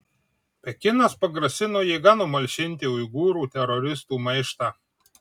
pekinas pagrasino jėga numalšinti uigūrų teroristų maištą